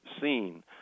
seen